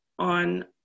On